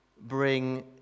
bring